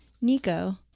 Nico